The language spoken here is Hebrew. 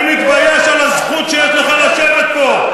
אני מתבייש על הזכות שיש לך לשבת פה.